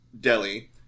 Delhi